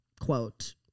quote